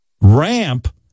Ramp